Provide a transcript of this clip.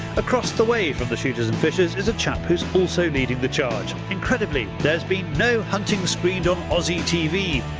across the way from the shooters and fishers is a chap who is also leading the charge. incredibly there's been no hunting screened on aussie tv.